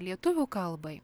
lietuvių kalbai